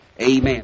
Amen